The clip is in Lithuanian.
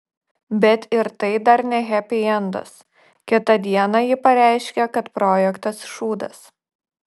bet ir tai dar ne hepiendas kitą dieną ji pareiškė kad projektas šūdas